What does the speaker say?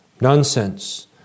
nonsense